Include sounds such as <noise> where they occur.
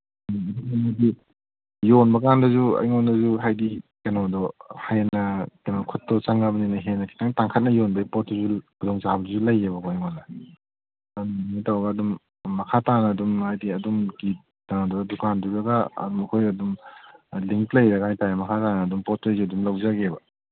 <unintelligible> ꯌꯣꯟꯕꯀꯥꯟꯗꯁꯨ ꯑꯩꯉꯣꯟꯗꯁꯨ ꯍꯥꯏꯗꯤ ꯀꯩꯅꯣꯗꯣ ꯍꯦꯟꯅ ꯀꯩꯅꯣ ꯈꯨꯠꯇꯣ ꯆꯪꯉꯕꯅꯤꯅ ꯍꯦꯟꯅ ꯈꯤꯇꯪ ꯇꯥꯡꯈꯠꯅ ꯌꯣꯟꯕꯒꯤ ꯄꯣꯠꯇꯨꯁꯨ ꯈꯨꯗꯣꯡꯆꯥꯕꯗꯨꯁꯨ ꯂꯩꯌꯦꯕꯀꯣ ꯑꯩꯉꯣꯟꯗ ꯑꯗꯨꯃꯥꯏꯅ ꯇꯧꯔꯒ ꯑꯗꯨꯝ ꯃꯈꯥ ꯇꯥꯅ ꯑꯗꯨꯝ ꯍꯥꯏꯗꯤ ꯑꯗꯨꯝ ꯀꯩꯅꯣꯗ ꯗꯨꯀꯥꯟꯗꯨꯗꯒ ꯑꯩꯈꯣꯏ ꯑꯗꯨꯝ ꯂꯤꯡ ꯂꯩꯔꯒ ꯍꯥꯏ ꯇꯥꯔꯦ ꯃꯈꯥ ꯇꯥꯅ ꯑꯗꯨꯝ ꯄꯣꯠ ꯆꯩ ꯑꯗꯨꯝ ꯂꯧꯖꯒꯦꯕ